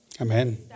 Amen